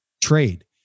trade